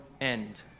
end